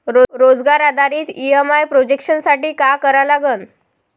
रोजगार आधारित EMI projection साठी का करा लागन?